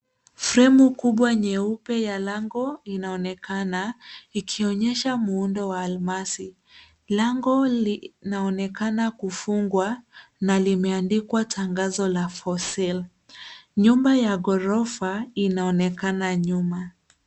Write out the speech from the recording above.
Fremu kubwa nyeupe ya lango inaonekana ikionyesha muundo wa almasi. Lango linaonekana kufungwa na limeandikwa tangazo la for sale . Nyumba ya ghorofa inaonekana nyuma.